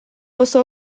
oso